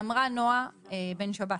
אמרה נועה בן שבת,